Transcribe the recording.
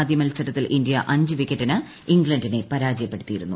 ആദ്യമത്സരത്തിൽ ഇന്ത്യ അഞ്ച് വിക്കറ്റിന് ഇംഗ്ലണ്ടിനെ പരാജയപ്പെടുത്തിയിരുന്നു